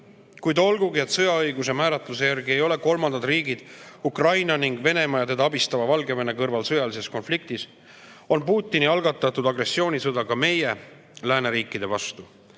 Kuid olgugi et sõjaõiguse määratluse järgi ei ole kolmandad riigid Ukraina ning Venemaa ja teda abistava Valgevene kõrval sõjalises konfliktis, on Putini algatatud agressioonisõda ka meie, lääneriikide vastu.